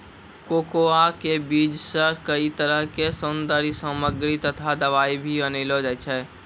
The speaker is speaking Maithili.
कोकोआ के बीज सॅ कई तरह के सौन्दर्य सामग्री तथा दवाई भी बनैलो जाय छै